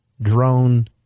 drone